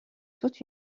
toute